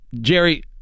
Jerry